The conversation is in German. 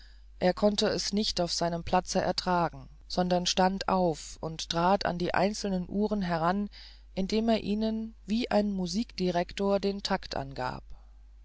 er konnte es nicht auf seinem platze ertragen sondern stand auf und trat an die einzelnen uhren heran indem er ihnen wie ein musikdirector den tact angab